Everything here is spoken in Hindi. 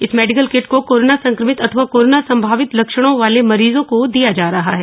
इस मेडिकल किट को कोरोना संक्रमित अथवा कोरोना संभावित लक्षणों वाले मरीजों को दिया जा रहा है